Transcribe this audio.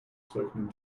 spoken